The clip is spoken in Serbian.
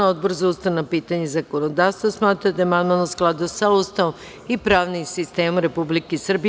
Odbor za ustavna pitanja i zakonodavstvo smatra da je amandman u skladu sa Ustavom i pravnim sistemom Republike Srbije.